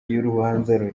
y’urubanza